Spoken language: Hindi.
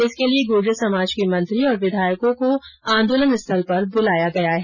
इसके लिये गुर्जर समाज के मंत्री और विधायकों को आंदोलन स्थल पर बुलाया गया है